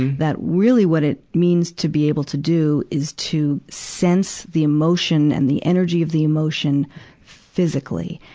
that, really what it means to be able to do is to sense the emotion and the energy of the emotion physically.